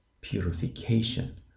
purification